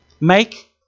Make